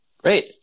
Great